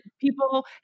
people